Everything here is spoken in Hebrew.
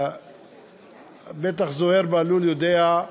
בטח זוהיר בהלול יודע,